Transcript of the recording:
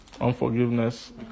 Unforgiveness